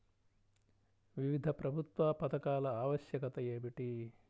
వివిధ ప్రభుత్వా పథకాల ఆవశ్యకత ఏమిటి?